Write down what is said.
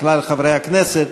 לכלל חברי הכנסת.